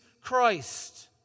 Christ